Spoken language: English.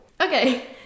Okay